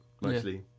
mostly